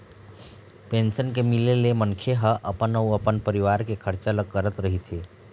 pension के मिले ले मनखे ह अपन अउ अपन परिवार के खरचा ल करत रहिथे